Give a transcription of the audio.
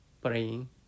praying